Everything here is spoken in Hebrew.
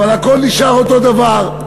אבל הכול נשאר אותו הדבר.